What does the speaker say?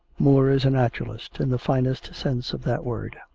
moore is a naturalist in the finest sense of that word.